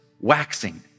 waxing